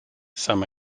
some